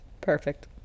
Perfect